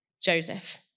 Joseph